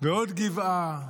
ועוד גבעה,